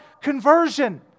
Conversion